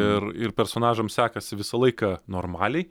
ir ir personažam sekasi visą laiką normaliai